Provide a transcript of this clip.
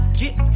get